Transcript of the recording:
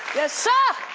yes sir,